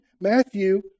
Matthew